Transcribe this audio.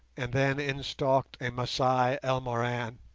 and then in stalked a masai elmoran,